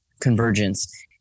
convergence